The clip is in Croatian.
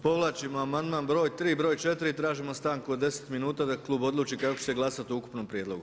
Povlačimo amandman br. 3 i br. 4. i tražimo stanku od 10 minuta da klub odluči kako će glasati o ukupnom prijedlogu.